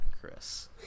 chris